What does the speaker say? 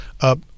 up